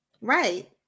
right